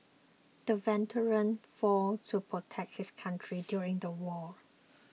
the veteran fought to protect his country during the war